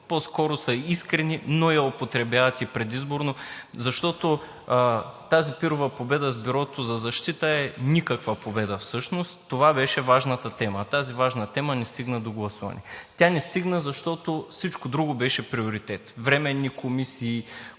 По-скоро са искрени, но я употребяват и предизборно. Тази пирова победа с Бюрото за защита всъщност е никаква победа – това беше важната тема, но тази важна тема не стигна до гласуване. Тя не стигна, защото всичко друго беше приоритет – временни комисии,